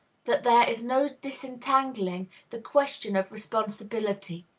that there is no disentangling the question of responsibility.